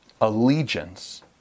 Allegiance